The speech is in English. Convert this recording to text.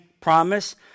promise